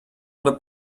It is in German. oder